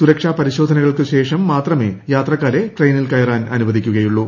സുരക്ഷാപരിശോധനകൾക്ക് ശ്രേഷം ടീമാത്രമേ യാത്രക്കാരെ ട്രെയിനിൽ കയറാൻ അനുവദിക്കുകയുള്ളൂ